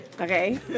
Okay